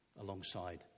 alongside